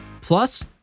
Plus